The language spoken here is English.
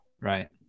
Right